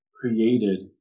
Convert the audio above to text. created